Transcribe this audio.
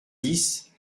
dix